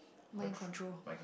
mind control